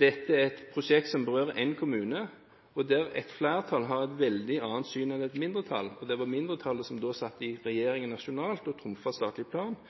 dette er et prosjekt som berører én kommune, og der et flertall har et veldig annet syn enn et mindretall – og det var mindretallet som da satt i regjeringen nasjonalt og trumfet igjennom statlig plan